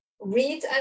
read